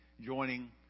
joining